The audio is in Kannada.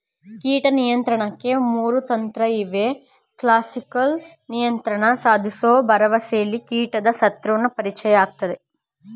ಕೀಟ ನಿಯಂತ್ರಣಕ್ಕೆ ಮೂರು ತಂತ್ರಇವೆ ಕ್ಲಾಸಿಕಲ್ ನಿಯಂತ್ರಣ ಸಾಧಿಸೋ ಭರವಸೆಲಿ ಕೀಟದ ಶತ್ರುನ ಪರಿಚಯಿಸಲಾಗ್ತದೆ